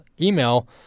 email